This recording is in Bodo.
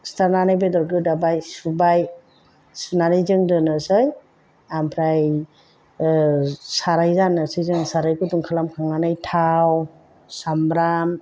सिथारनानै बेदर गोदाबाय सुबाय सुनानै जों दोननोसै आमफ्राय साराय जाननोसै जों साराय गुदुं खालामखांनानै थाव सामब्राम